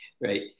right